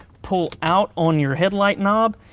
pull out on your headlight knob,